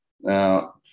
Now